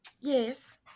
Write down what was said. yes